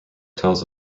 tells